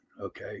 okay